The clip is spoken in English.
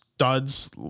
Duds